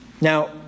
Now